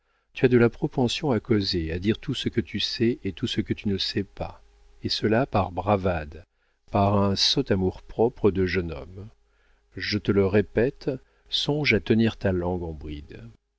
tu as de la propension à causer à dire tout ce que tu sais et tout ce que tu ne sais pas et cela par bravade par un sot amour-propre de jeune homme je te le répète songe à tenir ta langue en bride